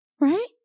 right